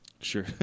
Sure